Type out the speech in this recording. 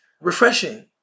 refreshing